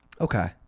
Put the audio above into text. Okay